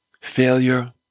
Failure